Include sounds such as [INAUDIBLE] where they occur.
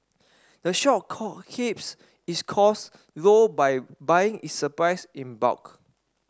the shop [UNINTELLIGIBLE] keeps its costs low by buying its supplies in bulk